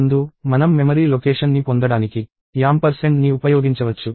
ముందు మనం memory location ని పొందడానికి యాంపర్సెండ్ని ఉపయోగించవచ్చు